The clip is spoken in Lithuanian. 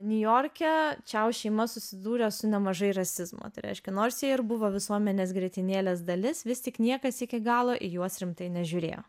niujorke čiau šeima susidūrė su nemažai rasizmo tai reiškia nors jie ir buvo visuomenės grietinėlės dalis vis tik niekas iki galo į juos rimtai nežiūrėjo